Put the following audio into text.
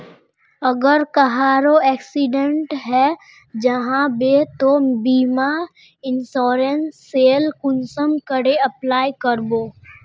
अगर कहारो एक्सीडेंट है जाहा बे तो बीमा इंश्योरेंस सेल कुंसम करे अप्लाई कर बो?